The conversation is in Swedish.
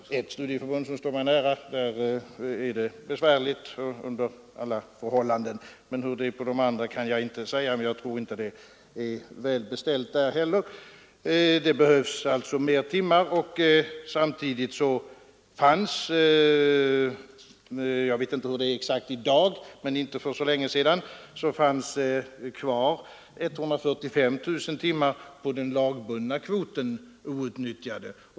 För det studieförbund som står mig nära är det under alla förhållanden besvärligt. Hur det är för de andra kan jag inte säga, men jag tror inte det är väl beställt där heller. Det behövs alltså mer timmar. Jag vet inte hur det är exakt i dag, men för inte så länge sedan fanns det kvar 145 000 timmar outnyttjade på den lagbundna kvoten.